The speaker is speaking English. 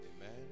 Amen